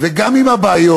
וגם עם הבעיות,